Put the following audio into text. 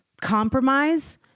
compromise